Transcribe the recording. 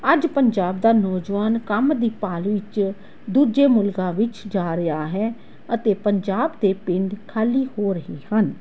ਅੱਜ ਪੰਜਾਬ ਦਾ ਨੌਜਵਾਨ ਕੰਮ ਦੀ ਭਾਲ ਵਿੱਚ ਦੂਜੇ ਮੁਲਕਾਂ ਵਿੱਚ ਜਾ ਰਿਹਾ ਹੈ ਅਤੇ ਪੰਜਾਬ ਦੇ ਪਿੰਡ ਖਾਲੀ ਹੋ ਰਹੇ ਹਨ